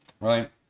Right